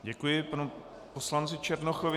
Děkuji panu poslanci Černochovi.